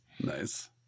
nice